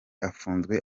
afunzwe